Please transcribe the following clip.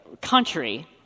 country